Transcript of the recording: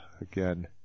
Again